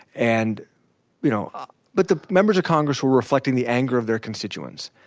and you know ah but the members of congress were reflecting the anger of their constituents.